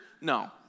No